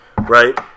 Right